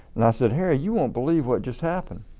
and i said harry you won't believe what just happened,